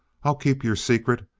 i'll keep your secret.